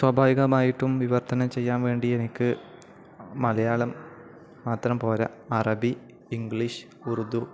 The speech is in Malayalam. സ്വാഭാവികമായിട്ടും വിവർത്തനം ചെയ്യാൻ വേണ്ടി എനിക്ക് മലയാളം മാത്രം പോരാ അറബി ഇംഗ്ലീഷ് ഉർദു